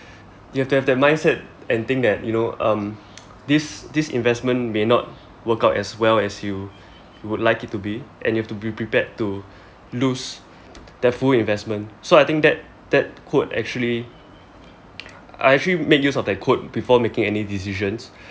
you have to have that mindset and think that you know um this this investment may not work out as well as you would like it to be and you have to be prepared to lose the full investment so I think that that quote actually I actually made use of that quote before making any decisions